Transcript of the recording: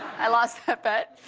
i lost that bet.